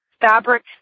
fabric